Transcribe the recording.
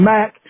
Mac